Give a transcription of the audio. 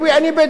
אני בדואי,